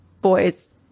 boys